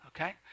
okay